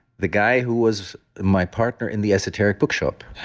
the guy who was my partner in the esoteric bookshop.